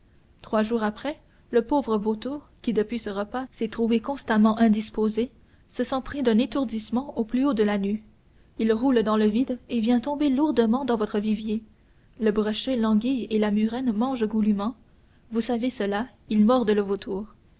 trois jours après le pauvre vautour qui depuis ce repas s'est trouvé constamment indisposé se sent pris d'un étourdissement au plus haut de la nue il roule dans le vide et vient tomber lourdement dans votre vivier le brochet l'anguille et la murène mangent goulûment vous savez cela ils mordent le vautour